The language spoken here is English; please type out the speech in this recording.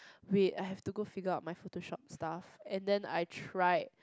wait I have to go figure out my photoshop stuff and then I tried